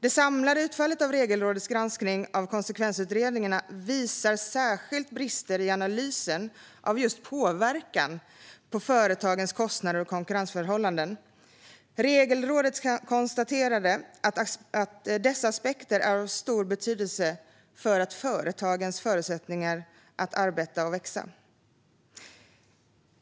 Det samlade utfallet av Regelrådets granskning av konsekvensutredningarna visar särskilt brister i analysen av just påverkan på företagens kostnader och konkurrensförhållanden. Regelrådet konstaterade att dessa aspekter är av stor betydelse för företagens förutsättningar att arbeta och växa.